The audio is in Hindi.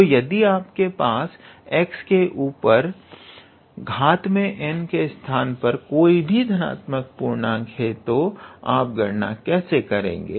तो यदि आपके पास x के ऊपर घात में n के स्थान पर कोई भी धनात्मक पूर्णक है तो आप गणना कैसे करेंगे